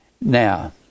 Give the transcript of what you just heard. Now